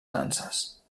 nanses